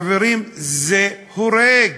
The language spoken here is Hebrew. חברים, הורג.